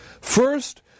First